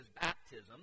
baptism